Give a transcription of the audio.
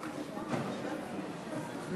חבר הכנסת באסל גטאס,